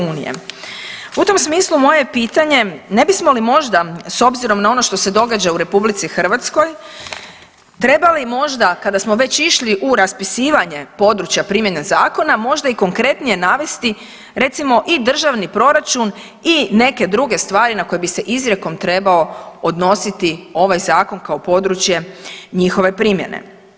U tom smislu moje je pitanje ne bismo li možda s obzirom na ono što se događa u RH trebali možda kada smo već išli u raspisivanje područja primjene zakona možda i konkretnije navesti recimo i državni proračun i neke druge stvari na koje bi se izrijekom trebao odnositi ovaj zakon kao područje njihove primjene.